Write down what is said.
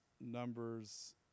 Numbers